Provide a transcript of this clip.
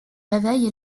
réveillent